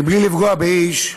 בלי לפגוע באיש,